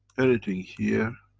anything here